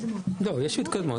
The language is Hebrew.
לא, יש התקדמות.